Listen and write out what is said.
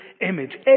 image